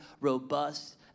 robust